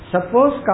Suppose